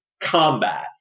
combat